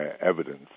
evidence